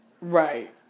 Right